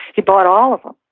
he bought all of them,